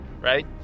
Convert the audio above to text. right